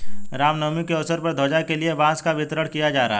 राम नवमी के अवसर पर ध्वजा के लिए बांस का वितरण किया जा रहा है